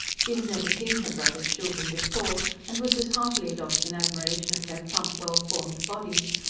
she had never seen her brother's children before and was as heartily lost in admiration of their plump, well-formed bodies,